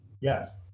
Yes